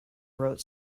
wrote